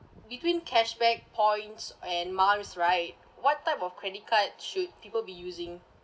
between cashback points and miles right what type of credit card should people be using